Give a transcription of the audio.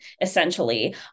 essentially